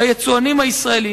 ליצואנים הישראלים.